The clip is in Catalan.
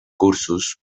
cursos